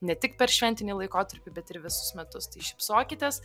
ne tik per šventinį laikotarpį bet ir visus metus tai šypsokitės